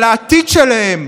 על העתיד שלהם.